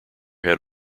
had